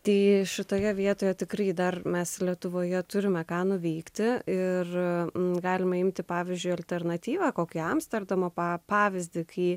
tai šitoje vietoje tikrai dar mes lietuvoje turime ką nuvykti ir galima imti pavyzdžiui alternatyvą kokį amsterdamo pavyzdį kai